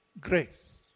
grace